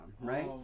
right